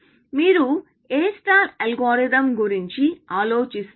మీరు A algorithm గురించి ఆలోచిస్తే